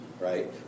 right